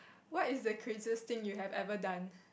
what is the craziest thing you have ever done